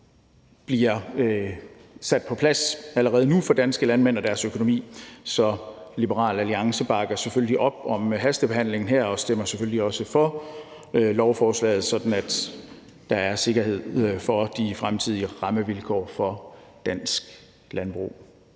kommer på plads for danske landmænd og deres økonomi. Så Liberal Alliance bakker selvfølgelig op om hastebehandlingen her og stemmer selvfølgelig også for lovforslaget, sådan at der er sikkerhed for de fremtidige rammevilkår for dansk landbrug.